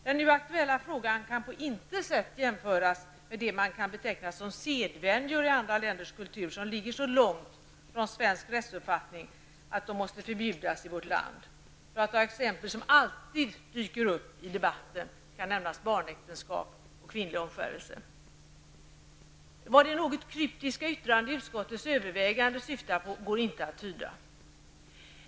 Den nu aktuella frågan kan på intet sätt jämföras med det man kan beteckna som sedvänjor i andra länders kulturer som ligger så långt från svensk rättsuppfattning att de måste förbjudas i vårt land. För att ta ett exempel som alltid dyker upp i debatten kan jag nämna barnäktenskap och kvinnlig omskärelse. Vad det något kryptiska yttrandet i utskottets överväganden syftar på går inte att tyda.